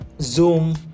Zoom